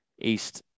East